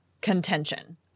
contention